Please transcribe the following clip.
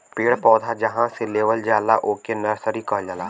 पेड़ पौधा जहां से लेवल जाला ओके नर्सरी कहल जाला